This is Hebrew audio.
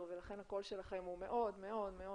לכן הקול שלכם מאוד חשוב.